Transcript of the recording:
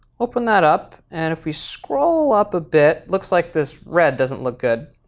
open that up, and if we scroll up a bit, looks like this red doesn't look good.